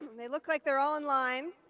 they look like they're all in line.